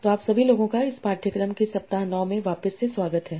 तो आप सभी लोगों का इस पाठ्यक्रम के सप्ताह 9 में वापस से स्वागत हैं